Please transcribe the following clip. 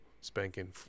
spanking